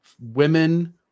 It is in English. women